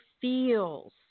feels